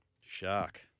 Shark